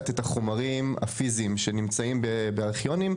את החומרים הפיזיים שנמצאים בארכיונים.